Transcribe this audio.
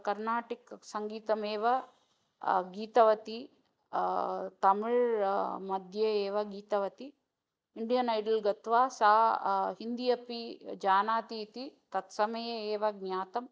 कर्नाटकः सङ्गीतमेव गीतवती तमिळ्मध्ये एव गीतवती इण्डियन् ऐडल् गत्वा सा हिन्दी अपि जानाति इति तत्समये एव ज्ञातम्